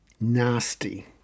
nasty